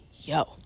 yo